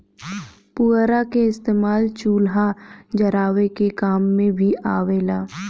पुअरा के इस्तेमाल चूल्हा जरावे के काम मे भी आवेला